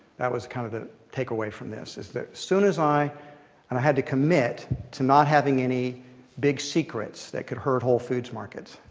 that was kind of the takeaway from this. as soon as i and i had to commit to not having any big secrets that could hurt whole foods markets.